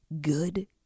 Good